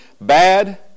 bad